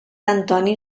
antoni